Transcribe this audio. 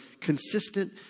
Consistent